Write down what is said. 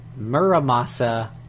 Muramasa